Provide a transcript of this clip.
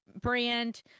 brand